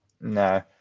No